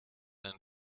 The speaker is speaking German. ein